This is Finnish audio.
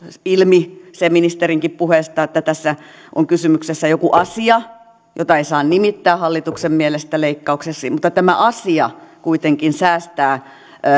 ilmi ministerinkin puheesta se että tässä on kysymyksessä joku asia jota ei saa nimittää hallituksen mielestä leikkaukseksi mutta tämä asia kuitenkin säästää